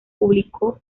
publicó